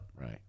Right